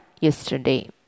yesterday